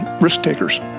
risk-takers